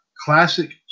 classic